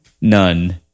None